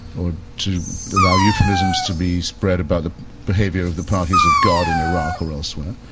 or to allow euphemisms to be spread about the behavior of the parties of god in iraq or elsewhere.